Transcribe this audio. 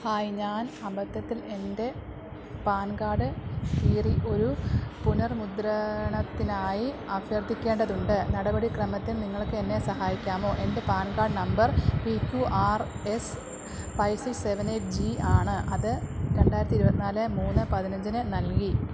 hi ഞാൻ അബദ്ധത്തിൽ എൻ്റെ പാൻ കാഡ് കീറി ഒരു പുനർമുദ്രണത്തിനായി അഭ്യർത്ഥിക്കേണ്ടതുണ്ട് നടപടിക്രമത്തിൽ നിങ്ങൾക്ക് എന്നെ സഹായിക്കാമോ എൻ്റെ PAN card number P Q R S five six seven eight G ആണ് അത് രണ്ടായിരത്തി ഇരുപത്തിനാല് മൂന്ന് പതിനഞ്ചിന് നൽകി